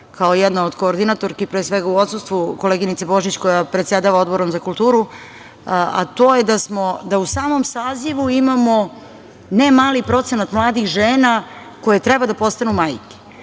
kao jedna od koordinatorki pre svega u odsustvu koleginice Božić koja predsedava Odborom za kulturu, a to je da u samom sazivu imamo ne mali procenata mladih žena koje treba da postanu majke.